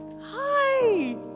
Hi